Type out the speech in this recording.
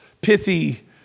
pithy